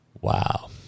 Wow